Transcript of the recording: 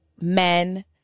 men